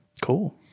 Cool